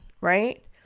right